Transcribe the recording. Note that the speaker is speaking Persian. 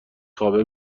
خوابه